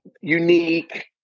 unique